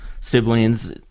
siblings